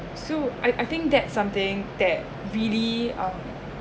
so I I think that something that really uh